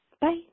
Bye